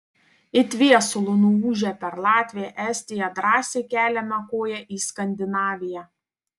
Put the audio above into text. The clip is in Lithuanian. it viesulu nuūžę per latviją estiją drąsiai keliame koją į skandinaviją